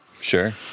Sure